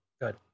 good